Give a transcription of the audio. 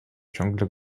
ciągle